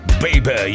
baby